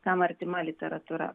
kam artima literatūra